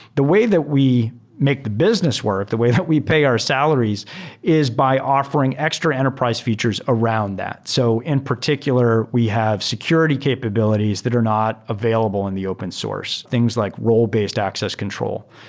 the way that we make the business work, the way that we pay our salaries is by offering extra enterprise features around that. so in particular, we have security capabilities that are not available in the open source, things like role-based access control.